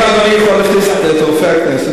אם אדוני יכול להכניס את רופא הכנסת,